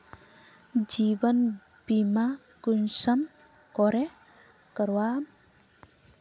जीवन बीमा कुंसम करे करवाम?